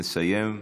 נסיים,